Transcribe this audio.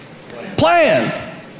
plan